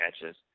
catches